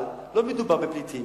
אבל לא מדובר בפליטים.